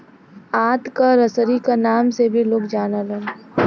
आंत क रसरी क नाम से भी लोग जानलन